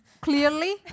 clearly